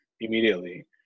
immediately